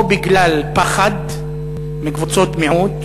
או בגלל פחד מקבוצות מיעוט,